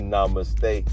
Namaste